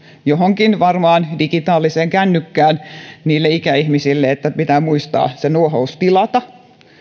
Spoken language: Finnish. varmaan johonkin digitaaliseen kännykkään ikäihmisille että pitää muistaa se nuohous tilata